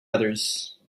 others